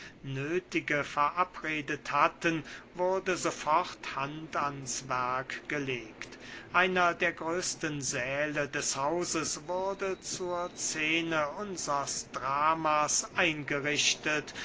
nöthige verabredet hatten wurde sofort hand ans werk gelegt einer der größten sähle des hauses wurde zur scene unsers drama's eingerichtet